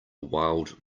wild